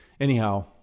anyhow